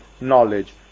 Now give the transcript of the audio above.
knowledge